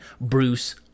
bruce